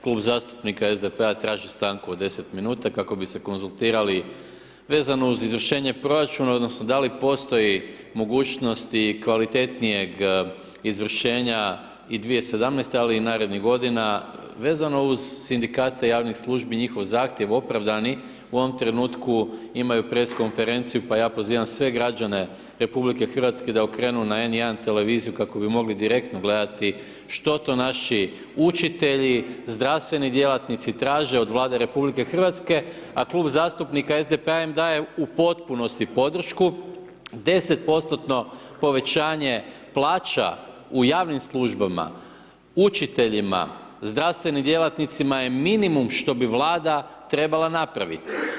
Klub zastupnika SDP-a traži stanku od 10 minuta kako bi se konzultirali vezano uz izvršenje proračuna odnosno da li postoji mogućnosti kvalitetnijeg izvršenja i 2017. ali i narednih godina vezano uz sindikate javnih službi i njihov zahtjev opravdani u ovom trenutku imaju press konferenciju pa ja pozivam sve građane RH da okrenu na N1 televiziju kako bi mogli direktno gledati što to naši učitelji, zdravstveni djelatnici traže od Vlade RH a Klub zastupnika SDP-a im daje u potpunosti podršku 10%-tno povećanje plaća u javnim službama, učiteljima, zdravstvenim djelatnicima je minimum što bi Vlada trebala napraviti.